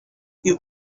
you